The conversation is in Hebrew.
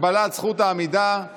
צמצום פערים בין הפריפריה למרכז),